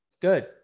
good